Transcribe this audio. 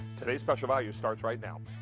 today's special value starts right now.